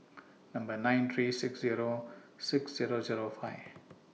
Number nine three six Zero six Zero Zero five